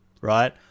right